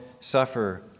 suffer